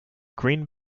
green